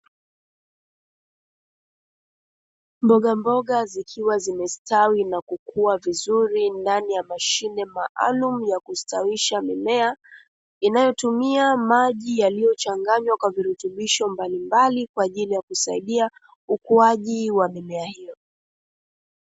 Mbogamboga zikiwa zimestawi na kukua vizuri ndani ya mashine maalumu, ya kustawisha mimea inayotumia maji yaliochanganywa na virutubisho mbalimbali. Kwa ajili ya kusaidia ukuaji wa mimea hiyo.